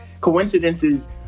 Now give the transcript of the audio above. coincidences